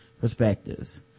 perspectives